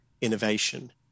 innovation